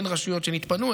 הן רשויות שהתפנו,